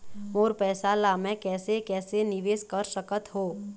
मोर पैसा ला मैं कैसे कैसे निवेश कर सकत हो?